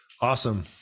Awesome